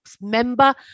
member